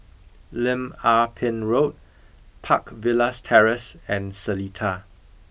Lim Ah Pin Road Park Villas Terrace and Seletar